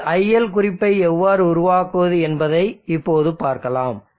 ஒரு iL குறிப்பை எவ்வாறு உருவாக்குவது என்பதை இப்போது பார்க்கலாம்